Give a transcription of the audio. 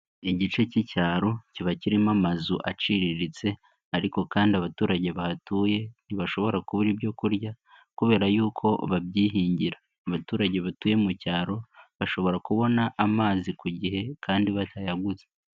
Igice k'icyaro kiba kirimo amazu aciriritse ariko kandi abaturage bahatuye, ntibashobora kubura ibyo kurya kubera yuko babyihingira. Abaturage batuye mu cyaro bashobora kubona amazi ku gihe kandi batayaguze.